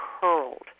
curled